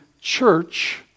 church